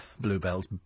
bluebells